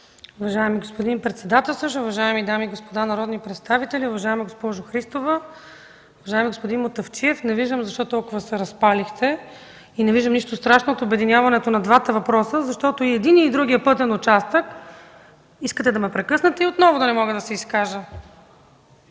Уважаеми господин председател, уважаеми дами и господа народни представители, уважаема госпожо Христова! Уважаеми господин Мутафчиев, не виждам защо толкова се разпалихте и не виждам нищо страшно от обединяването на двата въпроса, защото и единият и другият пътен участък… Искате да ме прекъснете и отново да не мога да се изкажа.